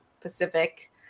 Pacific